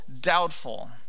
doubtful